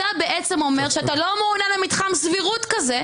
אתה בעצם אומר שאתה לא אמון על מתחם סבירות כזה,